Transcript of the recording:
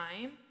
time